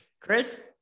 Chris